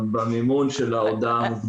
במימון של ההודעה המוקדמת.